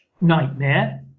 nightmare